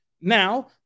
Now